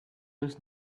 was